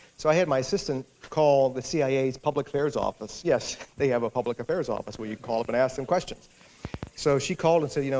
so i had my assistant call the cia's public affairs office yes, they have a public affairs office, where you call up and ask them questions so she called and said, you know